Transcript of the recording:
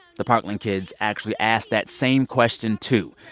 the parkland kids actually asked that same question too.